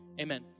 Amen